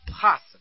Possible